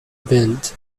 bent